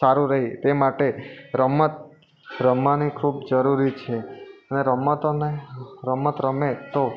સારું રહે તે માટે રમત રમવાની ખૂબ જરૂરી છે અને રમતોને રમત રમે તો